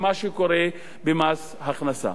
למה שקורה במס הכנסה.